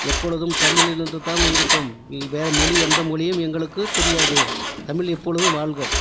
எப்பொழுதும் தமிழன் என்று தான் இருப்போம் வேற மொழி எந்த மொழியும் எங்களுக்கு தெரியாது தமிழ் எப்பொழுதும் வாழ்க